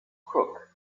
crook